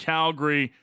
Calgary